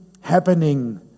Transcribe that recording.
happening